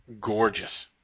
gorgeous